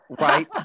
right